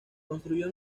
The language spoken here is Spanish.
construyó